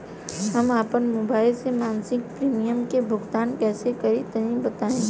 हम आपन मोबाइल से मासिक प्रीमियम के भुगतान कइसे करि तनि बताई?